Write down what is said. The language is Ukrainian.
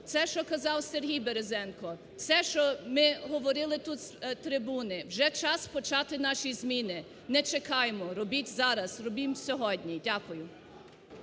Те, що казав Сергій Березенко, те, що ми говорили тут з трибуни, вже час почати наші зміни. Не чекаймо. Робімо зараз, зробімо сьогодні! Дякую.